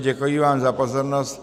Děkuji vám za pozornost.